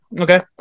Okay